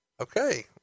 Okay